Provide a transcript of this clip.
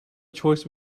choice